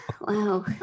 wow